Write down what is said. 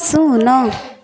ଶୂନ୍